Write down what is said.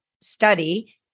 study